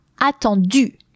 attendu